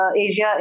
Asia